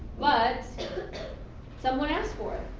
but somebody asked for it.